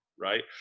right